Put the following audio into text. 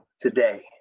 today